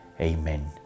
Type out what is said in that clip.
Amen